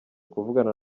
kuvugana